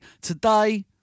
today